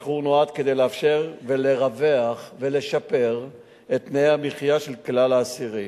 השחרור נועד לאפשר לרווח ולשפר את תנאי המחיה של כלל האסירים.